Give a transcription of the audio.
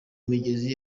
migezi